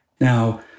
Now